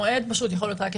אם אני מפרש נכון את